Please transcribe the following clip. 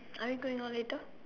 are you going out later